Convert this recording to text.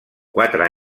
quatre